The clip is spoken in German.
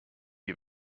die